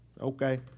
Okay